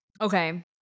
Okay